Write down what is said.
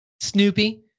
Snoopy